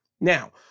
Now